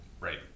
Right